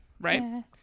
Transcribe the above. Right